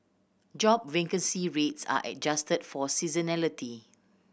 job vacancy rates are adjusted for seasonality